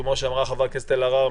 כפי שאמרה חברת הכנסת אלהרר,